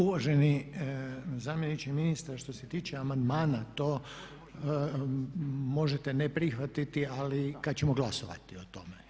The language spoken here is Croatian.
Uvaženi zamjeniče ministra, što se tiče amandmana, to možete ne prihvatiti ali kad ćete glasovati o tome.